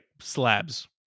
slabs